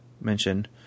mention